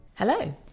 Hello